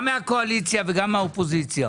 גם מהקואליציה וגם מהאופוזיציה,